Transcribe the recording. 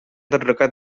terdekat